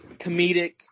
comedic